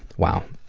wow,